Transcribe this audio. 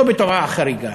לא בתופעה חריגה.